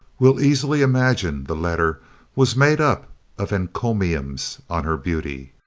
will easily imagine the letter was made up of encomiums on her beauty,